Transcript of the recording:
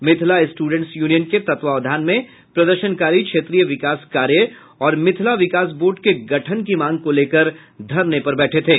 Mithila students union के तत्वावधान में प्रदर्शनकारी क्षेत्रीय विकास कार्य और मिथिला विकास बोर्ड के गठन की मांग को लेकर धरना पर बैठे थे